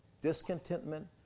Discontentment